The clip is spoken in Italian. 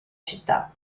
città